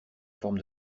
forme